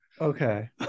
okay